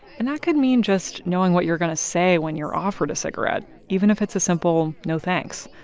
and that could mean just knowing what you're going to say when you're offered a cigarette, even if it's a simple, no thanks.